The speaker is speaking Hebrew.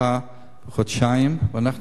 ואנחנו נגבש עמדה סופית.